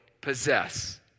possess